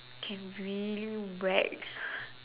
can really whack